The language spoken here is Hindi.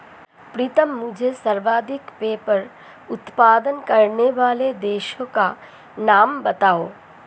प्रीतम मुझे सर्वाधिक पेपर उत्पादन करने वाले देशों का नाम बताओ?